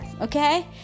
okay